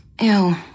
Ew